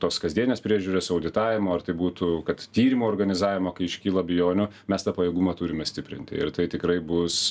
tos kasdienės priežiūros auditavimo ar tai būtų kad tyrimo organizavimo kai iškyla abejonių mes tą pajėgumą turime stiprinti ir tai tikrai bus